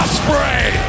Osprey